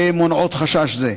מונעות חשש זה.